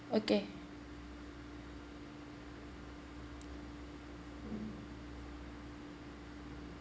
okay